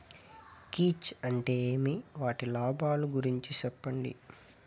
కీచ్ అంటే ఏమి? వాటి లాభాలు గురించి సెప్పండి?